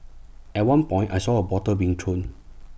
at one point I saw A bottle being thrown